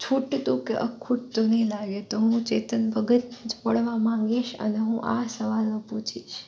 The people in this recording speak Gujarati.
છૂટતું કે અખૂટતું નહીં લાગે તો હું ચેતન ભગતને જ મળવા માંગીશ અને હું આ સવાલો પૂછીશ